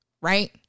right